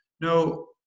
no